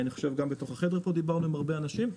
גם בתוך החדר פה דיברנו עם הרבה אנשים,